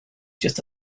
just